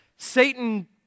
Satan